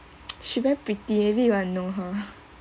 she very pretty everyone know her